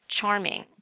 Charming